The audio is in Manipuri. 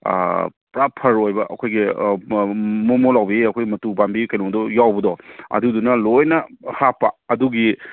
ꯄꯨꯔꯥ ꯐꯔ ꯑꯣꯏꯕ ꯑꯩꯈꯣꯏꯒꯤ ꯃꯣꯃꯣꯟ ꯂꯥꯎꯕꯤ ꯑꯩꯈꯣꯏ ꯃꯇꯨ ꯄꯥꯟꯕꯤ ꯀꯩꯅꯣꯗꯣ ꯌꯥꯎꯕꯗꯣ ꯑꯗꯨꯗꯨꯅ ꯂꯣꯏꯅ ꯍꯥꯞꯄ ꯑꯗꯨꯒꯤ